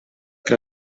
que